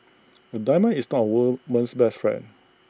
A diamond is not woman's best friend